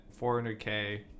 400k